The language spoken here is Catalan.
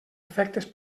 efectes